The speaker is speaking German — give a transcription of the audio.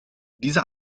dieser